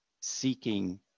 seeking